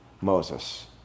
Moses